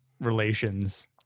relations